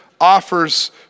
offers